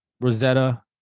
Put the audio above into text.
Rosetta